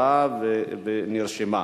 בענייני מסים משר האוצר לשר המשפטים עברה ונרשמה.